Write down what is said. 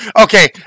Okay